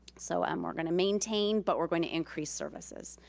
so um we're gonna maintain, but we're going to increase services.